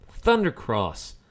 Thundercross